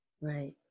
right